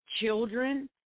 children